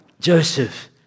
Joseph